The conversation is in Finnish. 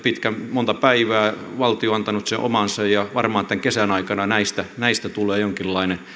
monta päivää valtio on antanut omansa ja varmasti tämän kesän aikana näistä näistä tulee jonkinlainen